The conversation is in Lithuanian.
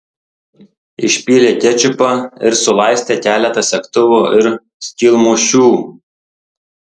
išpylė kečupą ir sulaistė keletą segtuvų ir skylmušių